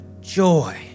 joy